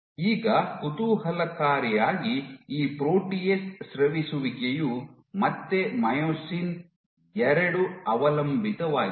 ಈಗ ಕುತೂಹಲಕಾರಿಯಾಗಿ ಈ ಪ್ರೋಟಿಯೇಸ್ ಸ್ರವಿಸುವಿಕೆಯು ಮತ್ತೆ ಮೈಯೋಸಿನ್ II ಅವಲಂಬಿತವಾಗಿದೆ